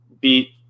beat